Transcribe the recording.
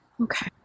Okay